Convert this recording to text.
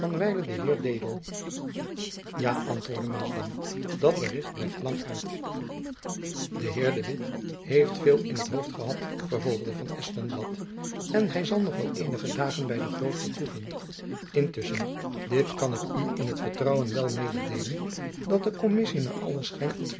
ja antwoordde maasdam dat bericht blijft lang uit de heer de witt heeft veel in t hoofd gehad vervolgde van espenblad en hy zal nog wel eenige dagen by de vloot vertoeven intusschen dit kan ik u in t vertrouwen wel mededeelen dat de kommissie naar allen schijn